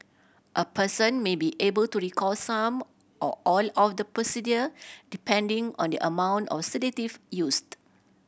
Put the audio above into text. a person may be able to recall some or all of the procedure depending on the amount of sedative used